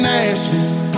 Nashville